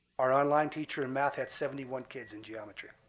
our online teacher and math had seventy one kids in geometry.